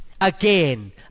Again